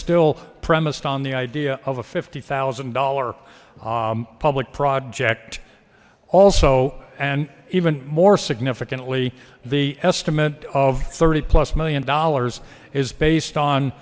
still premise thanh the idea of a fifty thousand dollars public project also and even more significantly the estimate of thirty plus million dollars is based on